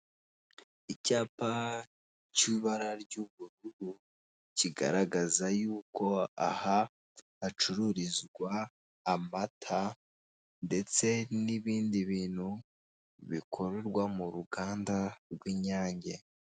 Icyapa cy'ibara ry'ubururu kigaragaza yuko aha hacururizwa amata, ndetse n'ibindi bintu bikorerwa mu ruganda rw'inyange